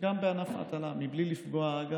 וגם בענף ההטלה, ואגב,